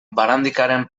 barandikaren